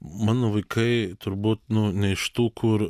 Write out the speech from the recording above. mano vaikai turbūt nu ne iš tų kur